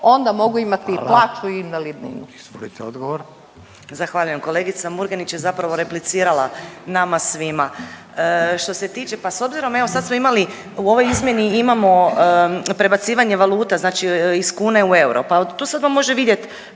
odgovor. **Nikolić, Romana (Nezavisni)** Zahvaljujem. Kolegica Murganić je zapravo replicirala nama svima. Što se tiče pa s obzirom evo sad smo imali u ovoj izmjeni imamo prebacivanje valuta iz kune u euro, pa tu se odmah može vidjet